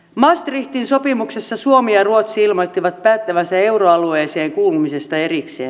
maastrichtin sopimuksessa suomi ja ruotsi ilmoittivat päättävänsä euroalueeseen kuulumisesta erikseen